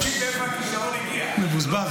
תבין מאיפה הכישרון הגיע --- מבוזבז,